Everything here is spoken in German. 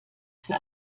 für